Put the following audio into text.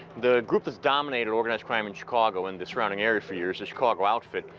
the group that's dominated organized crime in chicago and the surrounding area for years is chicago outfit.